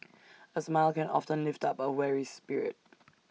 A smile can often lift up A weary spirit